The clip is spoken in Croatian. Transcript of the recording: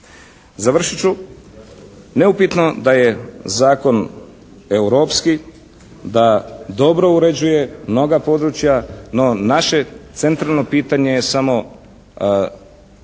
Završit ću. Neupitno je da je zakon europski, da dobro uređuje mnoga područja, no naše centralno pitanje je samo